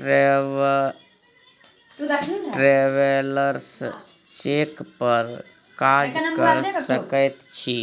travellers cheque पर काज कए सकैत छी